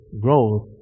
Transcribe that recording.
growth